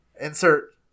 Insert